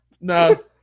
No